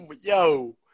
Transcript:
Yo